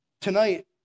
Tonight